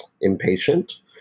impatient